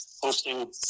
hosting